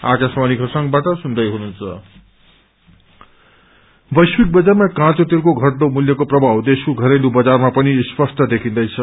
ion मान्त्र वैश्विक बजारमा क्रैंचो तेलको घटदो मूल्यको प्रभाव देशको घरेलू बजारमा पनि स्पष्ट देखिदैछ